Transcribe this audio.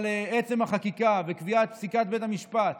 אבל עצם החקיקה וקביעת פסיקת בית המשפט